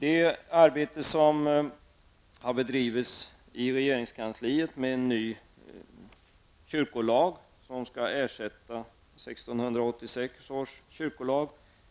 Det arbete som har bedrivits i regeringskansliet med förslag till en ny kyrkolag som skall ersätta 1686 års kyrkolag